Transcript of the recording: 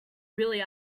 really